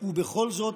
בכל זאת,